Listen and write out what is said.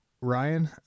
Ryan